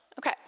okay